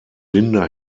linda